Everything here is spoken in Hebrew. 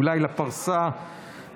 אולי לפרסה,